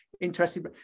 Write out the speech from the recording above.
interesting